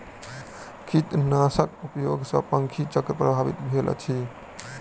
कीटनाशक उपयोग सॅ पंछी चक्र प्रभावित भेल अछि